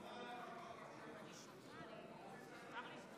(קוראת בשם חברת הכנסת) יפעת שאשא